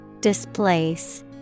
displace